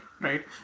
right